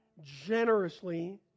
generously